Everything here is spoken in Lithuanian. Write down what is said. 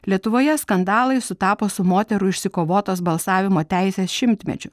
lietuvoje skandalai sutapo su moterų išsikovotos balsavimo teisės šimtmečiu